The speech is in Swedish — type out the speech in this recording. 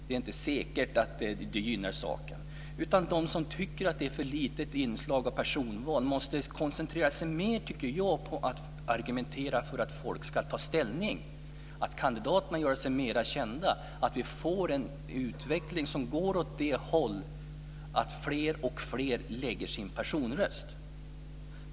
Det är inte säkert att detta gynnar saken. De som tycker att det är ett för litet inslag av personval måste koncentrera sig mer, tycker jag, på att argumentera för att människor ska ta ställning - att kandidaterna gör sig mer kända och att vi får en utveckling som går åt det hållet att fler och fler lägger sin personröst.